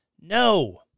No